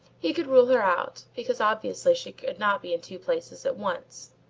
he could rule her out, because obviously she could not be in two places at once.